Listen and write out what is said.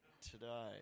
today